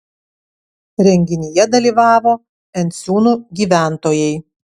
renginyje dalyvavo enciūnų gyventojai